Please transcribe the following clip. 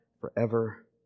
forever